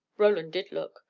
roland did look,